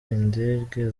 indege